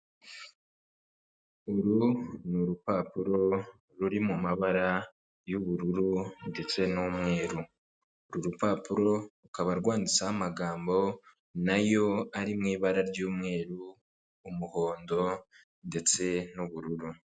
Uru ni urupapuro ruri mu mabara y'ubururu ndetse n'umweru, uru rupapuro rukaba rwanditseho amagambo nayo ari mu ibara ry'umweru, umuhondo, ndetse n'ubururu.